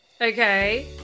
okay